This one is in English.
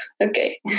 okay